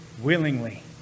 Willingly